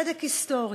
צדק היסטורי,